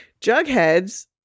Jugheads